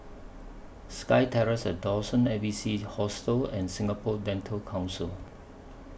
Sky Terrace ad Dawson A B C Hostel and Singapore Dental Council